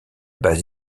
base